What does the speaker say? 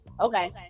Okay